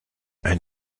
ein